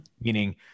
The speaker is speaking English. meaning